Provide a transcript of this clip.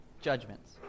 Judgments